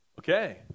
Okay